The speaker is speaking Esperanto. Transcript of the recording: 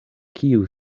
kiu